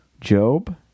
Job